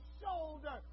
shoulder